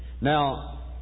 Now